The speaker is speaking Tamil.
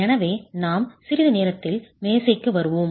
எனவே நாம் சிறிது நேரத்தில் மேசைக்கு வருவோம்